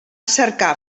cercar